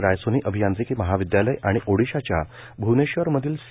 रायसोनी अभियांत्रिकी महाविदयालय आणि ओडिशाच्या भ्वनेश्वरमधील सी